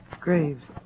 Graves